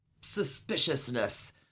suspiciousness